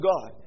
God